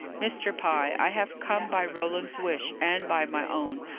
mr. pye, i have come by roland's wish, and by my own,